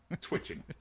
Twitching